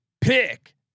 pick